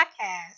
podcast